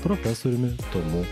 profesoriumi tomu